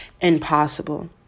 impossible